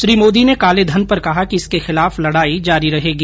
श्री मोदी ने काले धन पर कहा कि इसके खिलाफ लड़ाई जारी रहेगी